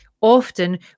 often